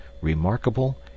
remarkable